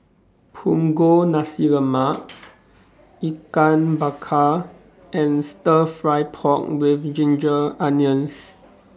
Punggol Nasi Lemak Ikan Bakar and Stir Fry Pork with Ginger Onions